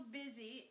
busy